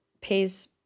pays